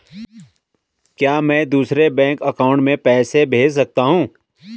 क्या मैं दूसरे बैंक अकाउंट में पैसे भेज सकता हूँ?